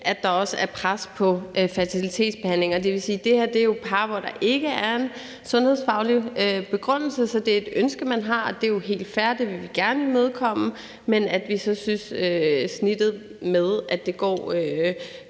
at der også er pres på fertilitetsbehandling. Det her er jo par, hvor der ikke er en sundhedsfaglig begrundelse, så det er et ønske, man har, og det er jo helt fair; det vil vi gerne imødekomme. Men vi synes så, at snittet med, at det så